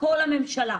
הכול הממשלה.